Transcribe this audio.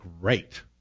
great